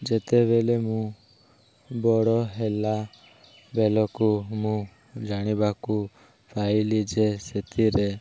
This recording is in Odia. ଯେତେବେଳେ ମୁଁ ବଡ଼ ହେଲା ବେଳକୁ ମୁଁ ଜାଣିବାକୁ ପାଇଲି ଯେ ସେଥିରେ